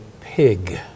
pig